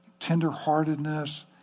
tenderheartedness